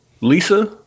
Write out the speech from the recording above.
Lisa